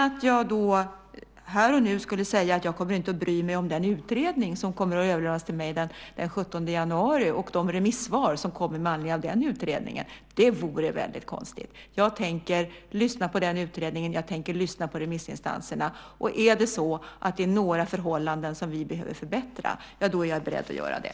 Att jag här och nu skulle säga att jag inte kommer att bry mig om den utredning som kommer att överlämnas till mig den 17 januari och de remissvar som kommer med anledning av den utredningen vore väldigt konstigt. Jag tänker lyssna på den utredningen och remissinstanserna. Är det så att det är några förhållanden som vi behöver förbättra är jag beredd att göra det.